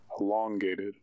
elongated